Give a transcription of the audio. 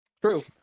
True